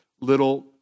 little